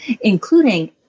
including